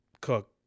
Cook